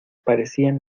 parecían